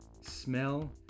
smell